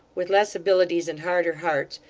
with less abilities and harder hearts,